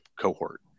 cohort